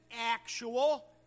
actual